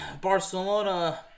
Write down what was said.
Barcelona